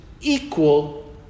equal